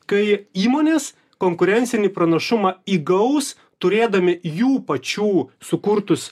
kai įmonės konkurencinį pranašumą įgaus turėdami jų pačių sukurtus